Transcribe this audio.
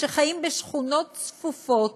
שחיים בשכונות צפופות